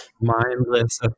mindless